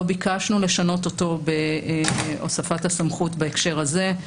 לא ביקשנו לשנות אותו בהוספת הסמכות בהקשר הזה.